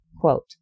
Quote